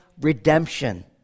redemption